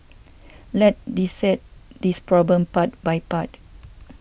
let dissect this problem part by part